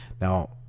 Now